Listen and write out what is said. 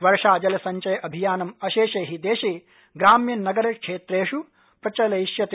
वर्षाजलसंचय अभियानं अशेषे हि देशे ग्राम्य नगर क्षेत्रेषु प्रचालयिष्यते